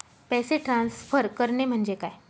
पैसे ट्रान्सफर करणे म्हणजे काय?